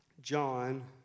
John